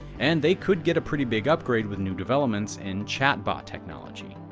and they could get a pretty big upgrade with new developments in chat bot technology.